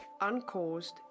uncaused